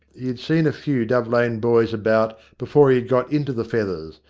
he had seen a few dove lane boys about before he had got into the feathers,